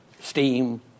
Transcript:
steam